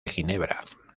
ginebra